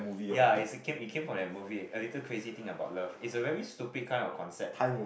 ya it's a came it came from that movie a Little Crazy Thing About Love is a very stupid kind of concept